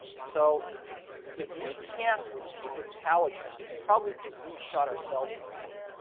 so if we can't compete with taligent, it's probably because we've shot ourselves in the foot.